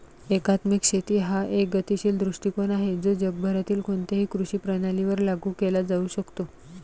एकात्मिक शेती हा एक गतिशील दृष्टीकोन आहे जो जगभरातील कोणत्याही कृषी प्रणालीवर लागू केला जाऊ शकतो